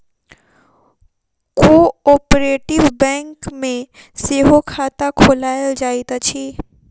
cooperative bank मे सेहो खाता खोलायल जाइत अछि